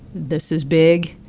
this is big.